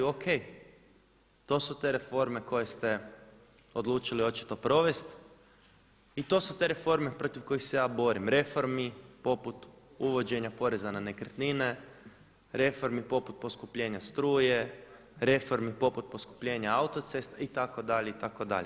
O.k. To su te reforme koje ste odlučili očito provesti i to su te reforme protiv kojih se ja borim – reformi poput uvođenja poreza na nekretnine, reformi poput poskupljenja struje, reformi poput poskupljenja autocesta itd. itd.